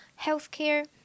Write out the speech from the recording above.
healthcare